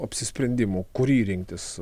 apsisprendimų kurį rinktis